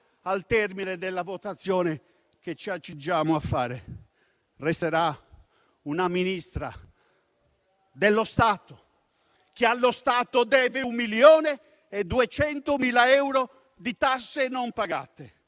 al termine della votazione che ci accingiamo a fare, resterà una Ministra dello Stato che allo Stato deve 1,2 milioni di euro di tasse non pagate;